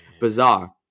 bizarre